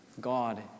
God